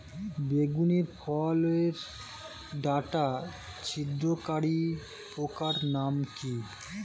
বেগুনের ফল ওর ডাটা ছিদ্রকারী পোকার নাম কি?